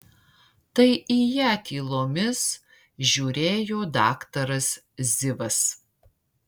tai į ją tylomis žiūrėjo daktaras zivas